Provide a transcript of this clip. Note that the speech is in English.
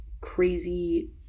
crazy